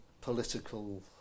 political